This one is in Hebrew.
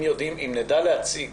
אם נדע להציג